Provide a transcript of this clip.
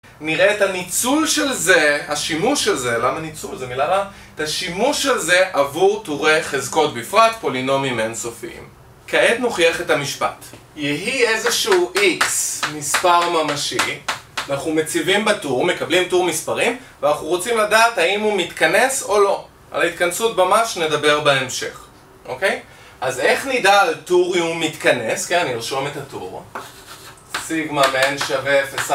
נראה את הניצול של זה, השימוש של זה, למה ניצול? זו מילה רעה? את השימוש של זה עבור טורי חזקות בפרט, פולינומים אינסופיים. כעת נוכיח את המשפט. יהי איזשהו x מספר ממשי, אנחנו מציבים בטור, מקבלים טור מספרים, ואנחנו רוצים לדעת האם הוא מתכנס או לא. על ההתכנסות ממש נדבר בהמשך. אוקיי? אז איך נדע על טור אם הוא מתכנס? כן, אני ארשום את הטור. סיגמה בין שווה 0...